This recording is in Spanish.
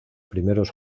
primeros